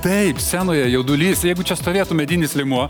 taip scenoje jaudulys jeigu čia stovėtų medinis liemuo